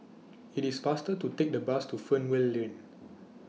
IT IS faster to Take The Bus to Fernvale Lane